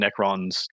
Necrons